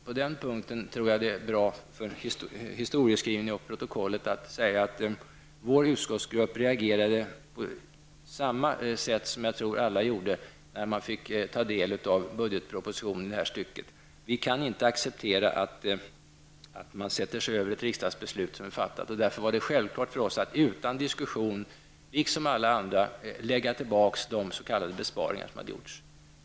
På den punkten tror jag att det är bra för historieskrivningen och protokollet att säga att vår utskottsgrupp reagerade på samma sätt som jag tror att alla gjorde, när vi fick ta del av budgetpropositionen i det här stycket. Vi kan inte acceptera att man sätter sig över ett riksdagsbeslut som är fattat. Därför var det självklart för oss, liksom för alla andra, att utan diskussion lägga tillbaka de s.k. besparingar som hade gjorts.